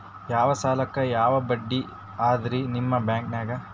ಯಾ ಸಾಲಕ್ಕ ಯಾ ಬಡ್ಡಿ ಅದರಿ ನಿಮ್ಮ ಬ್ಯಾಂಕನಾಗ?